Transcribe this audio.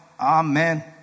Amen